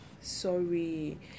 sorry